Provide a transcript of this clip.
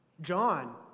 John